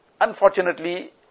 Unfortunately